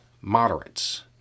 moderates